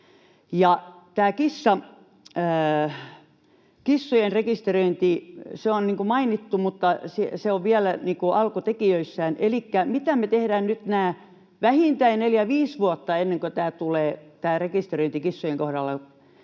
kissojen rekisteröinti on mainittu, mutta se on vielä alkutekijöissään. Elikkä mitä me tehdään nyt nämä vähintään neljä viisi vuotta ennen kuin tämä rekisteröinti kissojen kohdalla